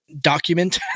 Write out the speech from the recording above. document